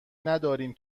نداریم